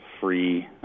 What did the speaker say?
free